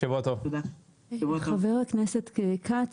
ח"כ כץ,